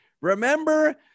Remember